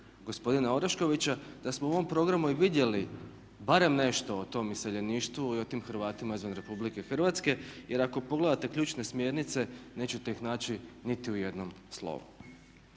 gospodina Oreškovića da smo u ovom programu i vidjeli barem nešto o tom iseljeništvu i o tim Hrvatima izvan RH jer ako pogledate ključne smjernice nećete ih naći niti u jednom slovu.